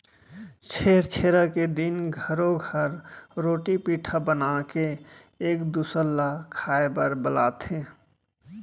छेरछेरा के दिन घरो घर रोटी पिठा बनाके एक दूसर ल खाए बर बलाथे